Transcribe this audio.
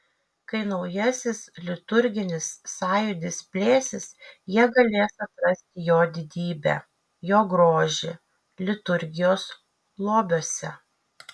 kai naujasis liturginis sąjūdis plėsis jie galės atrasti jo didybę jo grožį liturgijos lobiuose